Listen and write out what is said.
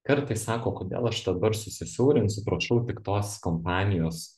kartais sako kodėl aš dabar susisiaurinsiu prašau tik tos kompanijos